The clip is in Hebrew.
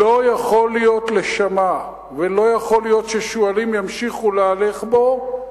לא יכול להיות לשמה ולא יכול להיות ששועלים ימשיכו להלך בו,